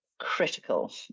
critical